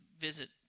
visit